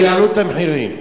שיעלו את המחירים.